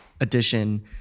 edition